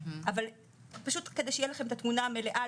אבל פשוט כדי שתהיה לכם את התמונה המלאה,